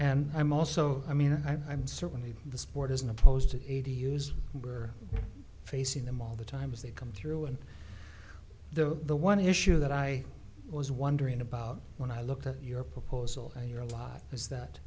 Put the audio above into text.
and i'm also i mean i'm certainly the sport isn't opposed to use we're facing them all the time as they come through and the the one issue that i was wondering about when i looked at your proposal in your life is that